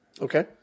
Okay